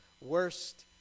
worst